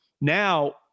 Now